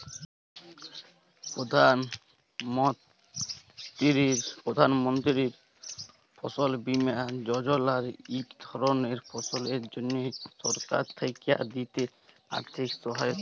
প্রধাল মলতিরি ফসল বীমা যজলা হছে ইক ধরলের ফসলের জ্যনহে সরকার থ্যাকে দিয়া আথ্থিক সহায়তা